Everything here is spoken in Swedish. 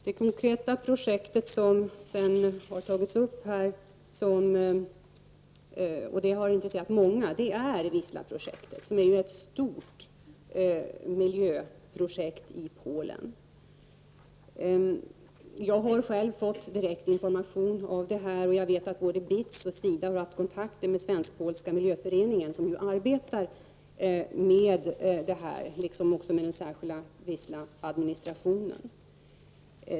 Det konkreta projekt som sedan har tagits upp här, och som har intresserat många, är Wista-projektet, som ju är ett stort miljöprojekt i Polen. Jag har själv fått direkt information om detta, och jag vet att både BITS och SIDA har haft kontakter med Svensk-polska miljöföreningen, som arbetar med projektet, liksom med den särskilda Wistaadministrationen.